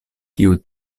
kiu